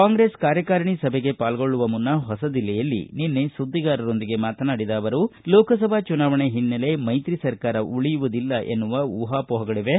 ಕಾಂಗ್ರೆಸ್ ಕಾರ್ಯಕಾರಿಣಿ ಸಭೆಗೆ ಪಾಲ್ಗೊಳ್ಳುವ ಮುನ್ನ ಹೊಸದಿಲ್ಲಿಯಲ್ಲಿ ನಿನ್ನೆ ಸುದ್ದಿಗಾರರೊಂದಿಗೆ ಮಾತನಾಡಿದ ಅವರು ಲೋಕಸಭಾ ಚುನಾವಣೆ ಹಿನ್ನೆಲೆ ಮೈತ್ರಿ ಸರ್ಕಾರ ಉಳಿಯುವುದಿಲ್ಲ ಎನ್ನುವ ಊಹಾಮೋಹಗಳಿವೆ